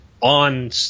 on